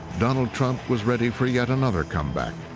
donald trump was ready for yet another comeback.